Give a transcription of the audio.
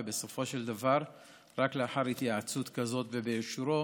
ובסופו של דבר רק לאחר התייעצות כזאת ובאישורו